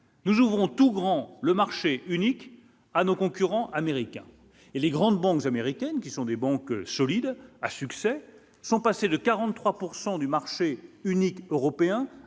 nous ouvrons tout grand le marché unique à nos concurrents américains et les grandes banques américaines qui sont des banques solides à succès sont passés de 43 pourcent du marché unique européen